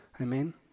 Amen